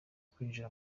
kwinjira